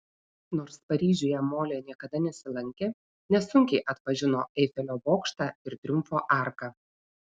nors paryžiuje molė niekada nesilankė nesunkiai atpažino eifelio bokštą ir triumfo arką